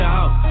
out